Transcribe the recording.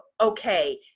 okay